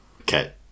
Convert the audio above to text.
Okay